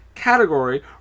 Category